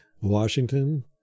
Washington